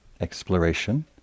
exploration